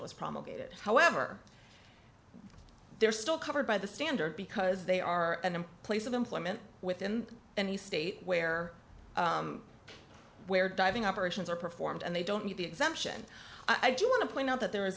was promulgated however they're still covered by the standard because they are and in place of employment within and the state where where diving operations are performed and they don't meet the exemption i do want to point out that there